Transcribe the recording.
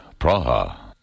Praha